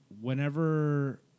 Whenever